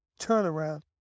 turnaround